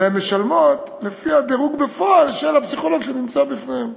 אלא הן משלמות לפי הדירוג בפועל של הפסיכולוג שנמצא בפניהם.